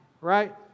right